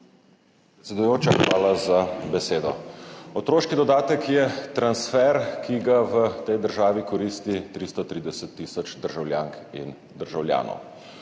Predsedujoča, hvala za besedo. Otroški dodatek je transfer, ki ga v tej državi koristi 330 tisoč državljank in državljanov.